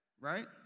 right